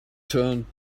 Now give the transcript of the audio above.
turned